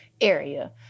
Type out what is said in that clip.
area